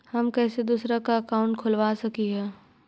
हम कैसे दूसरा का अकाउंट खोलबा सकी ही?